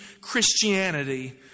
Christianity